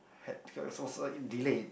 had uh it was uh it delayed